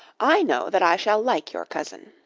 i know that i shall like your cousin.